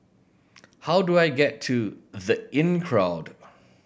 how do I get to The Inncrowd